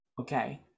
Okay